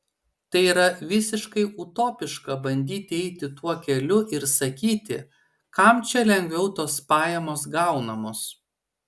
tai yra visiškai utopiška bandyti eiti tuo keliu ir sakyti kam čia lengviau tos pajamos gaunamos